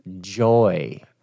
joy